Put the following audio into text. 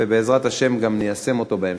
ובעזרת השם גם ניישם אותו בהמשך.